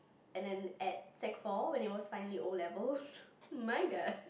and then at sec four when it was finally O-levels my god